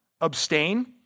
abstain